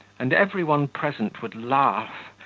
and every one present would laugh,